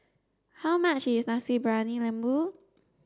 how much is Nasi Briyani Lembu